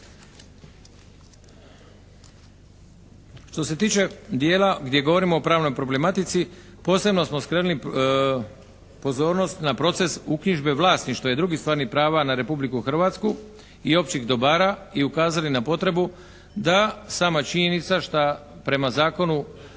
Što se tiče dijela gdje govorimo o pravnoj problematici, posebno smo skrenuli pozornost na proces uknjižbe vlasništva i drugih stvarnih prava na Republiku Hrvatsku i općih dobara i ukazali na potrebu da sama činjenica što prema zakonu